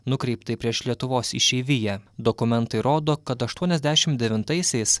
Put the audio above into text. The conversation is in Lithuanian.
nukreiptai prieš lietuvos išeiviją dokumentai rodo kad aštuoniasdešimt devintaisiais